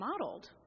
modeled